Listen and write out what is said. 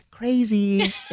Crazy